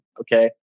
Okay